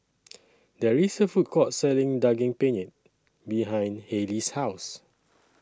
There IS A Food Court Selling Daging Penyet behind Hailee's House